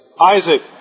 Isaac